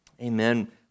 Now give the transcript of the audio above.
Amen